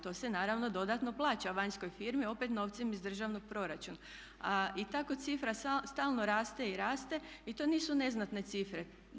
To se naravno dodatno plaća vanjskoj firmi opet novcem iz državnog proračuna i tako cifra stalno raste i raste i to nisu neznatne cifre.